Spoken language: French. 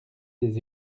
des